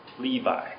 Levi